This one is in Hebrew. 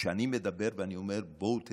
וכשאני מדבר ואני אומר: בואו תדברו,